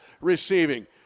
receiving